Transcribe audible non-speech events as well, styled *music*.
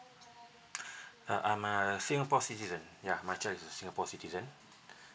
*breath* uh I'm a singapore citizen ya my child is a singapore citizen